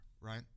right